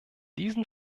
diesen